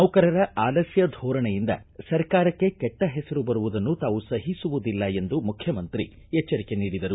ನೌಕರರ ಆಲಸ್ತ ಧೋರಣೆಯಿಂದ ಸರ್ಕಾರಕ್ಕೆ ಕೆಟ್ಟ ಹೆಸರು ಬರುವುದನ್ನು ತಾವು ಸಹಿಸುವುದಿಲ್ಲ ಎಂದು ಮುಖ್ಯಮಂತ್ರಿ ಎಚ್ಚರಿಕೆ ನೀಡಿದರು